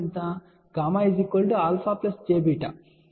γ α jβ గా ఉంటుంది